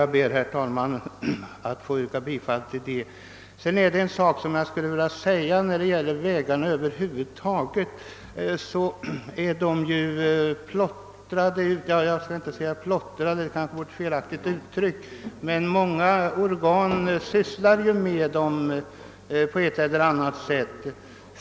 Jag ber, herr talman, att få yrka bifall till utskottets hemställan. Jag vill tillägga att väganslagen i stort är uppdelade på många olika organ, som på olika sätt ägnar sig åt väghållningen.